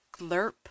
glurp